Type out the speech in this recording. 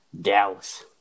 Dallas